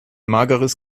mageres